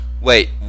Wait